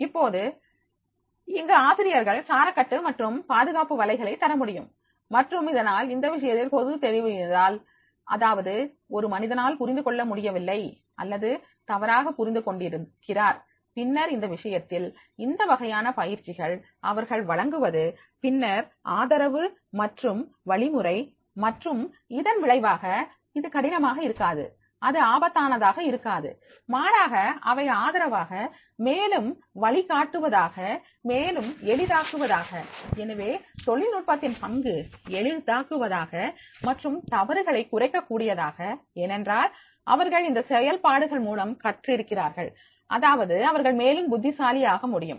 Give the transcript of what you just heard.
இப்போது இங்கு ஆசிரியர்கள் சாரக்கட்டு மற்றும் பாதுகாப்பு வலைகளை தரமுடியும் மற்றும் அதனால் இந்த விஷயத்தில் ஏதாவது தெரிவு இருந்தால் அதாவது ஒரு மனிதனால் புரிந்து கொள்ள இயலவில்லை அல்லது தவறாக புரிந்து கொண்டிருக்கிறார் பின்னர் இந்த விஷயத்தில்இந்த வகையான பயிற்சிகள் அவர்கள் வழங்குவது பின்னர் ஆதரவு மற்றும் வழிமுறை மற்றும் இதன் விளைவாக இது கடினமாக இருக்காது அது ஆபத்தானதாக இருக்காது மாறாக அவை ஆதரவாக மேலும் வழிகாட்டுவதாக மேலும் எளிதாக்குவதாக எனவே தொழில்நுட்பத்தின் பங்கு எளிதாக்குவதாக மற்றும் தவறுகளை குறைக்க செய்யக்கூடியதாக ஏனென்றால் அவர்கள் இந்த செயல்பாடுகள் மூலம் கற்றிருக்கிறார்கள் அதாவது அவர்கள் மேலும் புத்திசாலி ஆக முடியும்